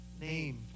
name